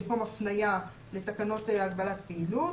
במקום הפניה לתקנות הגבלת פעילות.